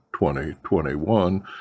2021